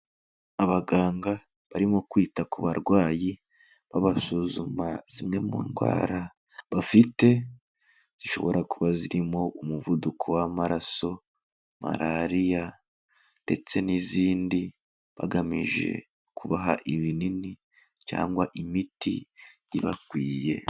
Abaganga barimo kwita ku barwayi, babasuzuma zimwe mu ndwara bafite, zishobora kuba zirimo umuvuduko w'amaraso, malariya ndetse n'izindi, bagamije kubaha ibinini cyangwa imiti ibakwiye.